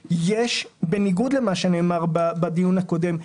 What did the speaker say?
בניגוד למה שנאמר בדיון הקודם,